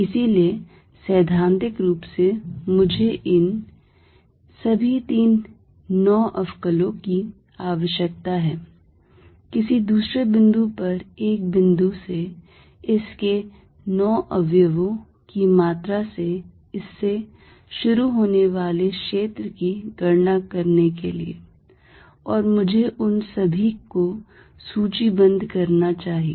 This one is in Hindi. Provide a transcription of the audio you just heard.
इसलिए सैद्धांतिक रूप से मुझे इन सभी तीन 9 अवकलो की आवश्यकता है किसी दूसरे बिंदु पर एक बिंदु से इसके 9 अवयवों की मात्रा से इससे शुरू होने वाले क्षेत्र की गणना करने के लिए और मुझे उन सभी को सूचीबद्ध करना चाहिए